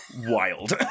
wild